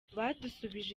badusubije